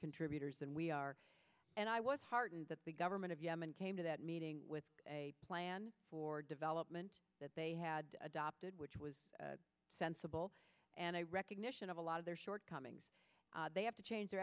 contributors and we are and i was heartened that the government of yemen came to that meeting with a plan for development that they had adopted which was sensible and a recognition of a lot of their shortcomings they have to change their